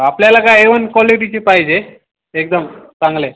आपल्याला काय A one क्वालिटीची पाहिजे एकदम चांगले